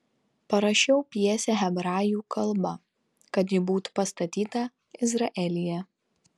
parašiau pjesę hebrajų kalba kad ji būtų pastatyta izraelyje